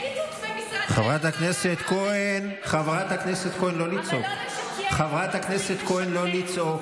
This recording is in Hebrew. חברת הכנסת כהן, חברת הכנסת כהן, לא לצעוק.